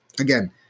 Again